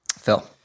Phil